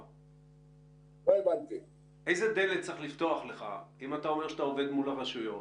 אם אתה אומר שאתה עובד מול הרשויות